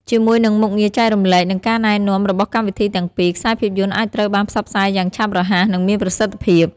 ជាមួយនឹងមុខងារចែករំលែក និងការណែនាំ របស់កម្មវិធីទាំងពីរ ខ្សែភាពយន្តអាចត្រូវបានផ្សព្វផ្សាយយ៉ាងឆាប់រហ័សនិងមានប្រសិទ្ធភាព។